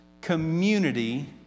community